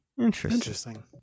Interesting